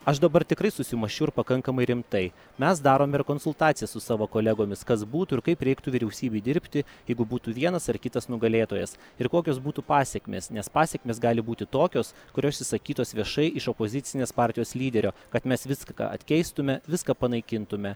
aš dabar tikrai susimąsčiau ir pakankamai rimtai mes darome ir konsultacijas su savo kolegomis kas būtų ir kaip reiktų vyriausybei dirbti jeigu būtų vienas ar kitas nugalėtojas ir kokios būtų pasekmės nes pasekmės gali būti tokios kurios išsakytos viešai iš opozicinės partijos lyderio kad mes viską atkeistume viską panaikintume